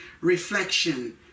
Reflection